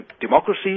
democracy